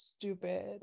Stupid